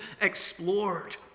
explored